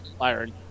Iron